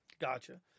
Gotcha